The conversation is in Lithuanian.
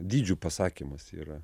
dydžių pasakymas yra